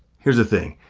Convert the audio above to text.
here's the thing.